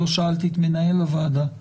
לא שאלתי את מנהל הוועדה הנכבד.